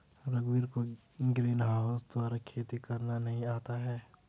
रघुवीर को ग्रीनहाउस द्वारा खेती करना नहीं आता है